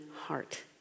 heart